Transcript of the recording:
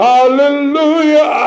Hallelujah